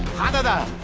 and